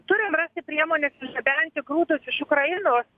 turim rasti priemones išgabenti grūdus iš ukrainos